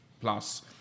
plus